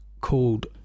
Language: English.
called